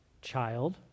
Child